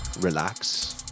relax